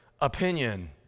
opinion